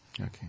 Okay